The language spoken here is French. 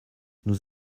nous